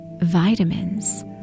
vitamins